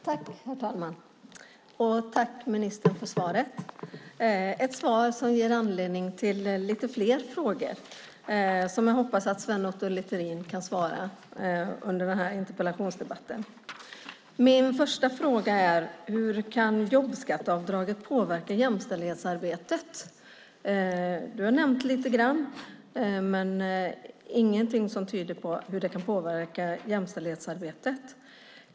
Herr talman! Tack, ministern för svaret! Det är ett svar som ger anledning till lite fler frågor, som jag hoppas att Sven Otto Littorin kan besvara under den här interpellationsdebatten. Min första fråga är: Hur kan jobbskatteavdraget påverka jämställdhetsarbetet? Du har nämnt lite grann men ingenting som visar på hur det kan påverka jämställdhetsarbetet.